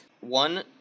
one